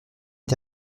les